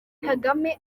kagame